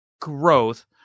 growth